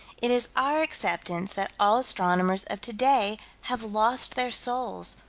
it is our acceptance that all astronomers of today have lost their souls,